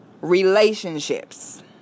relationships